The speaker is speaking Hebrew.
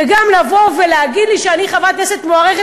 וגם לבוא ולהגיד לי שאני חברת כנסת מוערכת.